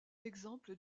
exemple